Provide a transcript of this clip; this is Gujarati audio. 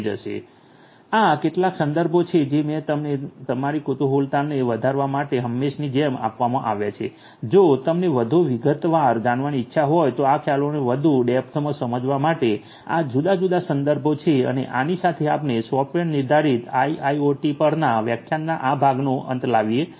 A આ કેટલાક સંદર્ભો છે જે તમને તમારી કુતૂહલતાને વધારવા માટે હમેંશાની જેમ આપવામાં આવ્યા છે જો તમને વધુ વિગતવાર જાણવાની ઇચ્છા હોય તો આ ખ્યાલોને વધુ ડેપ્થમાં સમજવા માટે આ જુદા જુદા સંદર્ભો છે અને આની સાથે આપણે સોફ્ટવૅર નિર્ધારિત આઈઆઈઓટી પરના વ્યાખ્યાનના આ ભાગનો અંત લાવીએ છીએ